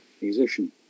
musician